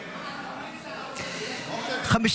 לוועדה לביטחון לאומי נתקבלה.